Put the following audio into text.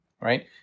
right